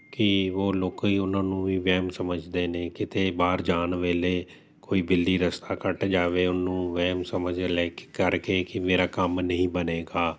ਕੀ ਵੋ ਲੋਕ ਉਹਨਾਂ ਨੂੰ ਵੀ ਵਹਿਮ ਸਮਝਦੇ ਨੇ ਕਿਤੇ ਬਾਹਰ ਜਾਣ ਵੇਲੇ ਕੋਈ ਬਿੱਲੀ ਰਸਤਾ ਕੱਟ ਜਾਵੇ ਉਹਨੂੰ ਵਹਿਮ ਸਮਝ ਲੈ ਕੇ ਕਰ ਕੇ ਕਿ ਮੇਰਾ ਕੰਮ ਨਹੀਂ ਬਣੇਗਾ